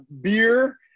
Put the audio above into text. beer